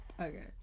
Okay